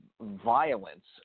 violence